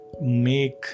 make